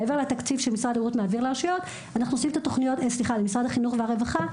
מעבר לתקציב שמשרד הבריאות מעביר למשרד החינוך והרווחה,